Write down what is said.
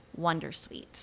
wondersuite